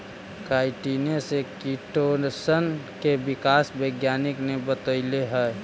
काईटिने से किटोशन के विकास वैज्ञानिक ने बतैले हई